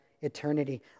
eternity